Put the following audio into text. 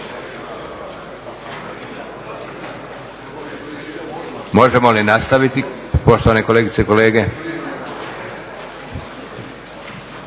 Možemo li nastaviti poštovane kolegice i kolege?